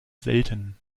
selten